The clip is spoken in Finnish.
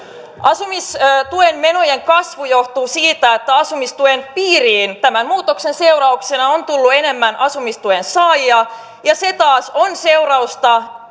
asumistuen menojen kasvu johtuu siitä että asumistuen piiriin tämän muutoksen seurauksena on tullut enemmän asumistuen saajia ja se taas on seurausta